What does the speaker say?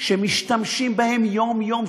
שמשתמשים בהם יום-יום,